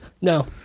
no